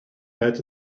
wet